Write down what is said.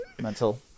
mental